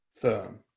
firm